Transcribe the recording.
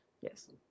Yes